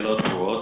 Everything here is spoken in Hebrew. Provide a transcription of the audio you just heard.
השאלות ברורות.